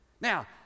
Now